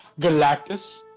Galactus